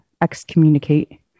excommunicate